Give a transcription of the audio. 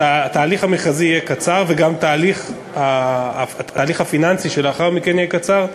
שהתהליך המכרזי יהיה קצר וגם התהליך הפיננסי שלאחר מכן יהיה קצר,